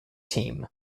team